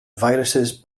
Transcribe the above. viruses